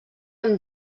amb